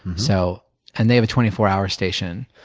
so and they have a twenty four hour station,